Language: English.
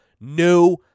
new